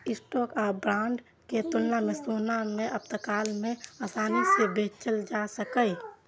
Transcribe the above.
stock आ bond के तुलना मे सोना कें आपातकाल मे आसानी सं बेचल जा सकैए